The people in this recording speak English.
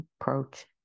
approach